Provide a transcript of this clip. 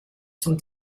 zum